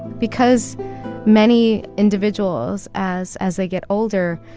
because many individuals, as as they get older,